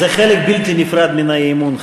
זה חלק בלתי נפרד מן האי-אמון,